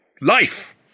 life